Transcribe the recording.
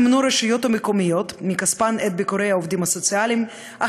מימנו הרשויות המקומיות את ביקורי העובדים הסוציאליים מכספן.